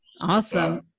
awesome